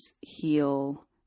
heal